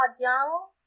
young